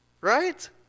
right